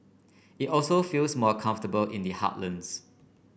it also feels more comfortable in the heartlands